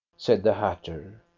said the hatter.